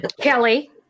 Kelly